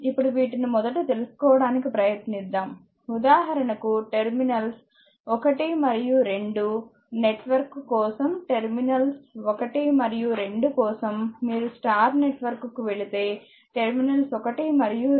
ఇప్పుడు వీటిని మొదట తెలుసుకోవడానికి ప్రయత్నిద్దాం ఉదాహరణకు టెర్మినల్స్ 1 మరియు 2 నెట్వర్క్ కోసం టెర్మినల్స్ 1 మరియు 2 కోసం మీరు స్టార్ నెట్వర్క్ కు వెళితే టెర్మినల్స్ 1 మరియు 2